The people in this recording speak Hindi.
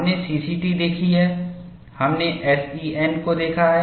हमने सीसीटीदेखी है हमने एसईएन को देखा है